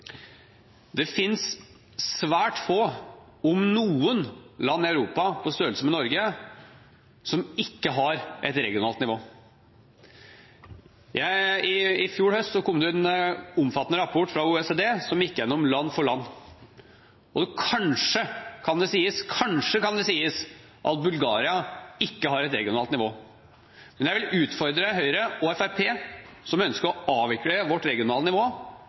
Det finnes svært få – om noen – land i Europa på størrelse med Norge som ikke har et regionalt nivå. I fjor høst kom det en omfattende rapport fra OECD som gikk gjennom land for land, og kanskje – kanskje – kan det sies at Bulgaria ikke har et regionalt nivå. Men jeg vil utfordre Høyre og Fremskrittspartiet, som ønsker å avvikle vårt regionale nivå: